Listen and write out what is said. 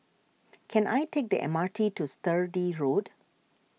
can I take the M R T to Sturdee Road